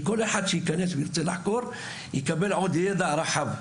כל אחד שייכנס וירצה לחקור יקבל עוד ידע רחב.